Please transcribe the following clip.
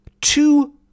two